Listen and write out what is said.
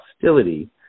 hostility